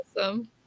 awesome